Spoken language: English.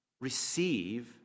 Receive